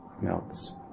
melts